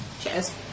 Cheers